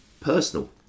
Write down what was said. personal